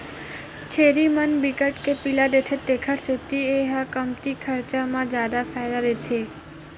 छेरी मन बिकट के पिला देथे तेखर सेती ए ह कमती खरचा म जादा फायदा देथे